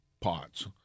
pots